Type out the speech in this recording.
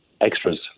extras